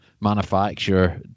manufacturer